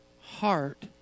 heart